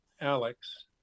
Alex